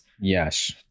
Yes